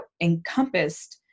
encompassed